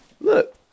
Look